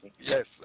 Yes